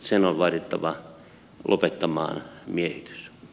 sitä on vaadittava lopettamaan miehitys